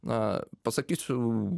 na pasakysiu